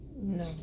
No